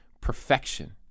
perfection